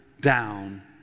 down